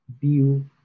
View